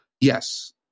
Yes